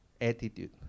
attitude